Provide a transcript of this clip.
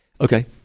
Okay